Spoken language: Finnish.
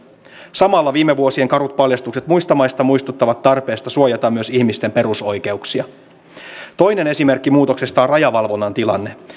samalla viime vuosien karut paljastukset muista maista muistuttavat tarpeesta suojata myös ihmisten perusoikeuksia toinen esimerkki muutoksesta on rajavalvonnan tilanne